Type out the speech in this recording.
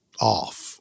off